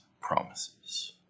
promises